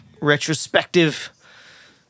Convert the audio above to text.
retrospective